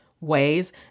ways